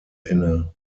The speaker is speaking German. inne